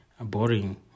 boring